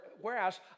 whereas